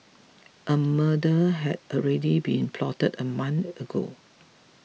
a murder had already been plotted a month ago